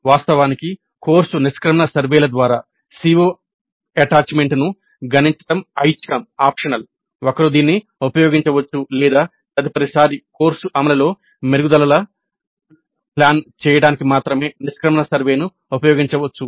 వాస్తవానికి కోర్సు నిష్క్రమణ సర్వేల ద్వారా CO అటాచ్ మెంట్ ఒకరు దీన్ని ఉపయోగించుకోవచ్చు లేదా తదుపరి సారి కోర్సు అమలులో మెరుగుదల లను ప్లాన్ చేయడానికి మాత్రమే నిష్క్రమణ సర్వేను ఉపయోగించవచ్చు